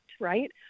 right